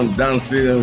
dancing